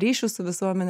ryšius su visuomene